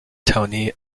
tony